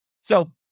So-